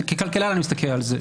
ככלכלן אני מסתכל על זה.